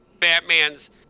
Batman's